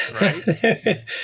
right